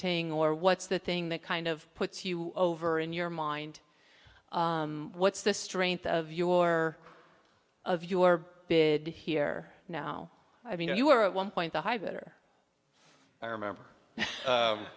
taking or what's the thing that kind of puts you over in your mind what's the strength of your of your bid here now i mean you were at one point the high better i remember